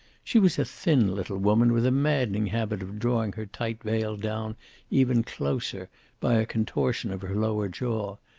she was a thin little woman with a maddening habit of drawing her tight veil down even closer by a contortion of her lower jaw,